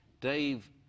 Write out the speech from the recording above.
Dave